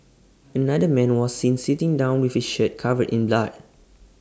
another man was seen sitting down with his shirt covered in blood